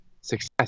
success